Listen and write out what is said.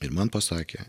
ir man pasakė